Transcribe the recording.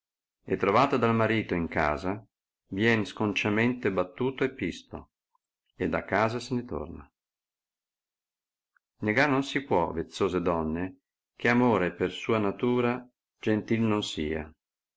e trovato dal marito in casa vien sconciamente battuto e pisto ed a casa se ne torna negar non si può vezzose donne che amore per sua natura gentil non sia